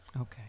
Okay